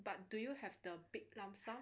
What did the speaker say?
but do you have the big lump sum